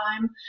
time